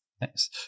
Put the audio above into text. Nice